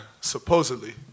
supposedly